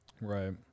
Right